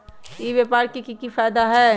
ई व्यापार के की की फायदा है?